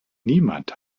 niemand